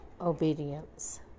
obedience